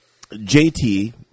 JT